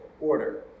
order